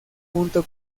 junto